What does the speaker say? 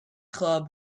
club